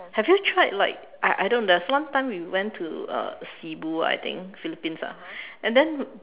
have you tried like I I know there is this one time where we went to uh Cebu ah I think Philippines ah and then